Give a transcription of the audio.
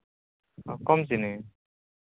ᱚ ᱠᱚᱢ ᱪᱤᱱᱤ